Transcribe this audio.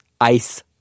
ice